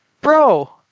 bro